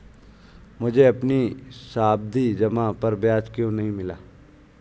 मुझे अपनी सावधि जमा पर ब्याज क्यो नहीं मिला?